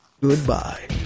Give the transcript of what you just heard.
Goodbye